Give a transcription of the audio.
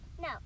No